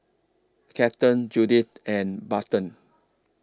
Kathern Judith and Barton